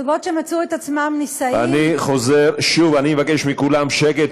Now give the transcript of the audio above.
אני חוזר שוב: אני מבקש מכולם שקט.